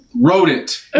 Rodent